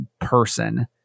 person